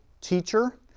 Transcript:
teacher